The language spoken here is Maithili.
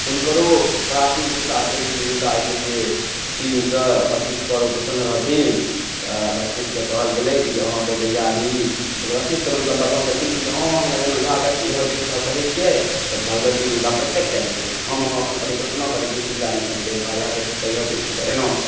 हुनकरो प्राचीन खिस्सा छै की जे हुनका जे छै से चीनसॅं वशिष्ठ परव प्रसन्न रहथिन वशिष्ठक कहल गेलै कि जे अहाँके जहिया भी वशिष्ठक मतलब वरदान देलखिन की अहाँ हमरा जेना या आगच्छ या तिष्ठ कहै छियै तऽ भगवती हुनका प्रत्यक्ष आबि जेतिह हम अहाँ अखन परिकल्पना करै छियै सूर्यादि अपि पंचदेवता यह आगच्छ यह तिष्ठत एनामे